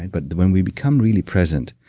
but when we become really present,